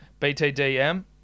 BTDM